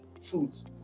foods